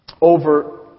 over